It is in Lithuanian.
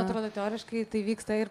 atrodo teoriškai tai vyksta ir